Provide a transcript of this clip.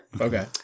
okay